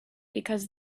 because